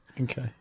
Okay